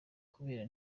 kubera